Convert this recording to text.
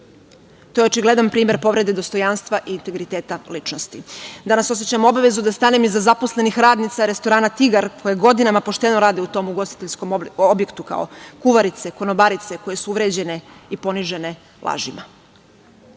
To je očigledan primer povrede dostojanstva i integriteta ličnosti. Danas osećam obavezu da stanem iza zaposlenih radnica restorana „Tigar“, koje godinama pošteno rade u tom ugostiteljskom objektu kao kuvarice, konobarice, koje su uvređene i ponižene lažima. Danas